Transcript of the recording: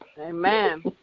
Amen